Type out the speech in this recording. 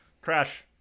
crash